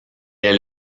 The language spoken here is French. est